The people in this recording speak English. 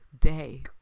day